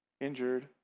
injured